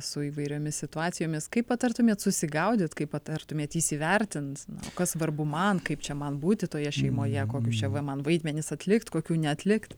su įvairiomis situacijomis kaip patartumėt susigaudyt kaip patartumėt įsivertint kas svarbu man kaip čia man būti toje šeimoje kokius čia va man vaidmenis atlikt kokių neatlikt